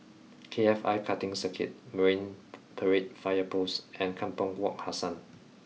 K F I Karting Circuit Marine Parade Fire Post and Kampong Wak Hassan